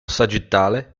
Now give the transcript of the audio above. sagittale